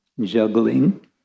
Juggling